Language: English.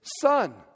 Son